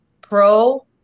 Pro